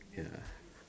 ya